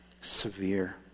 severe